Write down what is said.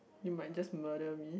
you might just murder me